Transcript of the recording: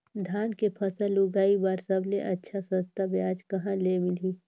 धान के फसल उगाई बार सबले अच्छा सस्ता ब्याज कहा ले मिलही?